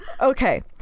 Okay